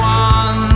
one